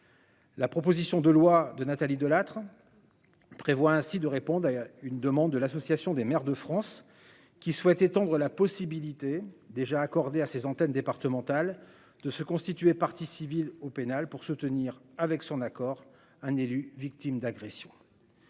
La proposition de loi de Nathalie Delattre prévoit ainsi de répondre à une demande de l'association des maires de France qui souhaite étendre la possibilité déjà accordés à ces antennes départementales de se constituer partie civile au pénal pour se tenir avec son accord, un élu victimes d'agressions.